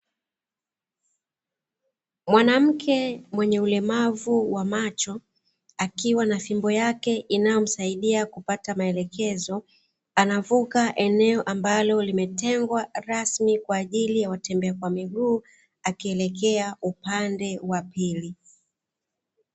Mwanamke mwenye ulemavu wa macho, akiwa na fimbo yake inayomsaidia kupata maelekezo, anavuka eneo ambalo limetengwa rasmi kwa ajili ya watembea kwa miguu, akielekea upande wa pili.